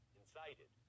incited